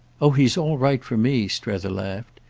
oh he's all right for me! strether laughed.